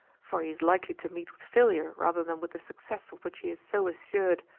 for he is likely to meet with failure rather than with the success of which he is so assured.